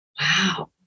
wow